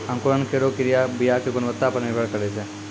अंकुरन केरो क्रिया बीया क गुणवत्ता पर निर्भर करै छै